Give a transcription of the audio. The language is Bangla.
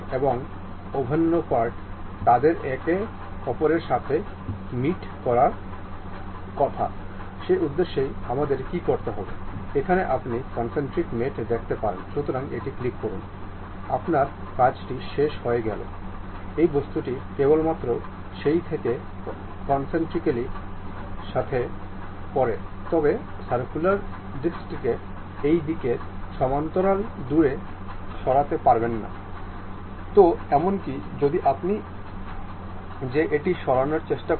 এবং আমরা একবার OK ক্লিক করে এক্সপ্লোর করা দৃশ্য সম্পূর্ণ করব